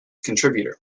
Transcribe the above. contributor